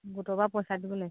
গোটৰ পৰা পইচা দিবলৈ